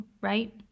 right